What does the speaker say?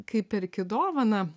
kai perki dovaną